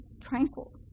tranquil